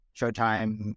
Showtime